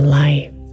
life